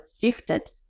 shifted